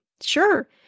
Sure